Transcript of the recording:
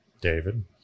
David